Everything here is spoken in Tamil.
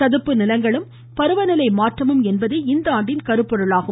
சதுப்பு நிலங்களும் பருவ நிலை மாற்றமும் என்பதே இந்த ஆண்டின் கருப்பொருளாகும்